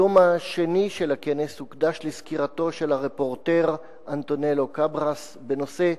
היום השני של הכנס הוקדש לסקירתו של הרפורטר אנטונלו קאבראס בנושא: